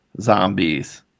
Zombies